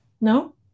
No